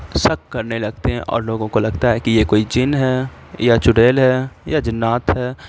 شک کرنے لگتے ہیں اور لوگوں کو لگتا ہے کہ یہ کوئی جن ہے یا چڑیل ہے یا جنات ہے